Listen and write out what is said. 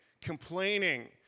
complaining